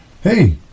hey